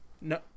no